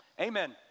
Amen